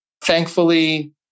Thankfully